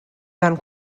dan